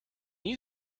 you